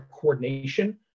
coordination